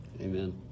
amen